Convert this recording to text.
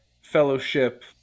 fellowship